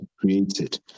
created